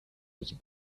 its